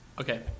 Okay